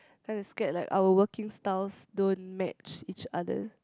cause I scared like our working styles don't match each other